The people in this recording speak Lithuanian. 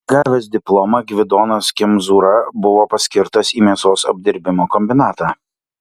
gavęs diplomą gvidonas kemzūra buvo paskirtas į mėsos apdirbimo kombinatą